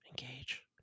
Engage